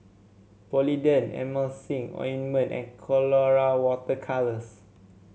Polident Emulsying Ointment and Colora Water Colours